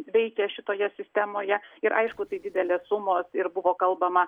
veikia šitoje sistemoje ir aišku tai didelės sumos ir buvo kalbama